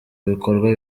bikorwa